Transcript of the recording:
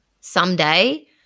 someday